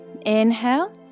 Inhale